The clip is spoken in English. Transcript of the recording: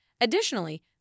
Additionally